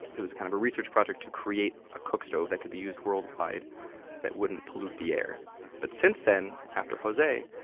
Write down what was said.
it was kind of a research project to create a cookstove that could be used worldwide that wouldn't pollute the air but since then, after jose,